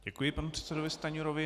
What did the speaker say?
Děkuji panu předsedovi Stanjurovi.